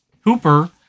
Hooper